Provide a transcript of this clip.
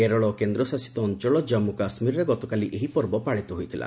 କେରଳ ଓ କେନ୍ଦ୍ରଶାସିତ ଅଞ୍ଚଳ ଜନ୍ମୁ କାଶ୍ମୀରରେ ଗତକାଲି ଏହି ପର୍ବ ପାଳିତ ହୋଇଥିଲା